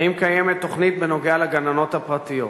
1. האם קיימת תוכנית בנוגע לגננות הפרטיות?